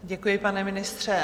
Děkuji, pane ministře.